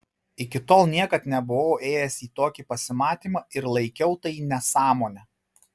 iki tol niekad nebuvau ėjęs į tokį pasimatymą ir laikiau tai nesąmone